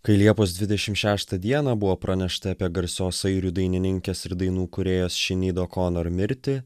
kai liepos dvidešim šeštą dieną buvo pranešta apie garsios airių dainininkės ir dainų kūrėjos šinido konor mirtį